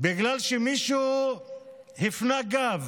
בגלל שמישהו הפנה גב